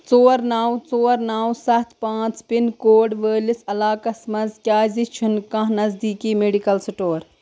ژور نَو ژور نَو سَتھ پانٛژھ پِن کوڈ وٲلِس علاقس منٛز کیٛازِ چھُنہٕ کانٛہہ نزدیٖکی میٚڈیکل سٕٹور